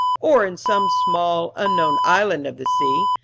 or in some small, unknown island of the sea,